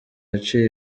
yaciye